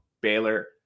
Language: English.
Baylor